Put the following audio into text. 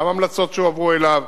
גם המלצות שהועברו אליו,